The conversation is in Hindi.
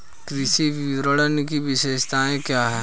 कृषि विपणन की विशेषताएं क्या हैं?